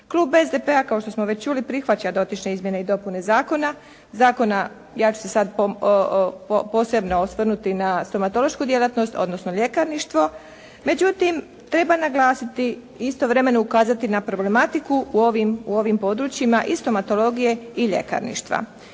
Klub SDP-a kao što smo već čuli prihvaća dotične izmjene i dopune zakona, zakona, ja ću se sada posebno osvrnuti na stomatološku djelatnost, odnosno ljekarništvo, međutim treba naglasiti i istovremeno ukazati na problematiku na ovim područjima i stomatologije i ljekarništva.